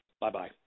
Bye-bye